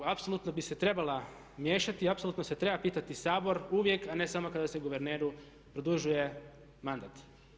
Apsolutno bi se trebala miješati i apsolutno se treba pitati Sabor uvijek, a ne samo kada se guverneru produžuje mandat.